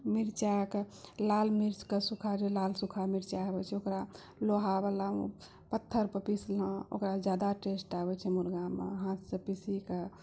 मिरचाइके लाल मिर्चके सूखा जे लाल सूखा मिरचाइ अबय छै ओकरा लोहा बलामे पत्थर पर पिसलहुँ ओकरासँ जादा टेस्ट आबय छै मुर्गामे हाथसँ पिसिके